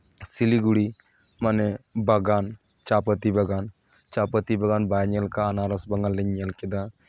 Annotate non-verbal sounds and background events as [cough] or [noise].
ᱥᱤᱞᱤᱜᱩᱲᱤ ᱢᱟᱱᱮ ᱵᱟᱜᱟᱱ ᱪᱟ ᱯᱟᱛᱤ ᱵᱟᱜᱟᱱ ᱪᱟ ᱯᱟᱛᱤ ᱵᱟᱜᱟᱱ ᱵᱟᱭ ᱧᱮᱞ ᱠᱟᱣᱱᱟ [unintelligible] ᱵᱟᱜᱟᱱ ᱞᱤᱧ ᱧᱮᱞ ᱠᱮᱫᱟ